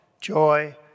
joy